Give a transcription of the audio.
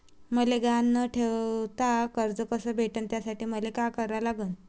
मले गहान न ठेवता कर्ज कस भेटन त्यासाठी मले का करा लागन?